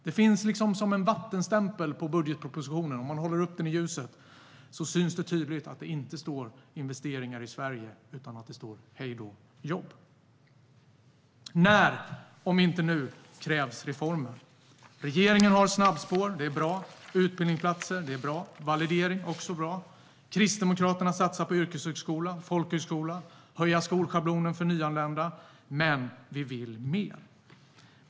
Det finns något som liknar en vattenstämpel på budgetpropositionen, och om man håller upp den i ljuset syns det tydligt att det inte står "investeringar i Sverige" utan att det står "hej då jobb". När, om inte nu, krävs reformer? Regeringen har snabbspår. Det är bra. Utbildningsplatser och validering är också bra. Kristdemokraterna satsar på yrkeshögskola och folkhögskola, och vi vill höja skolschablonen för nyanlända. Men vi vill mer.